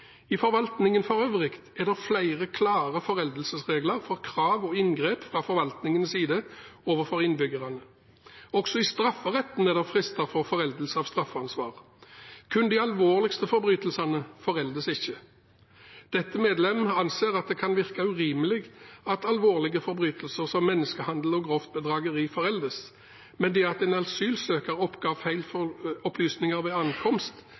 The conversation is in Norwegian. I forvaltningen for øvrig er det flere klare foreldelsesregler for krav og inngrep fra forvaltningens side overfor innbyggerne. Også i strafferetten er det frister for foreldelse av straffeansvar, kun de alvorligste forbrytelsene foreldes ikke. Dette medlem anser at det kan virke urimelig at alvorlige forbrytelser som menneskehandel og grovt bedrageri foreldes, men det at en asylsøker oppga feil opplysninger ved ankomst,